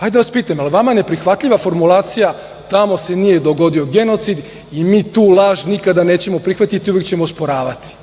Da vas pitam, da li je vama neprihvatljiva formulacija - tamo se nije dogodio genocid i mi tu laž nikada nećemo prihvatiti i uvek ćemo osporavati?